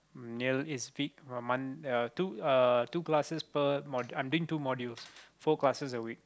mm near~ two uh two classes per mod I'm doing two modules four classes a week